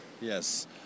Yes